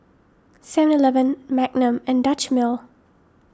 Seven Eleven Magnum and Dutch Mill